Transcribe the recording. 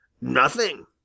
Nothing